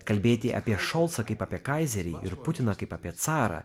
kalbėti apie šolcą kaip apie kaizerį ir putiną kaip apie carą